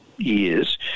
years